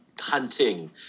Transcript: hunting